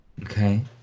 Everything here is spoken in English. Okay